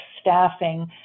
staffing